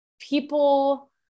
people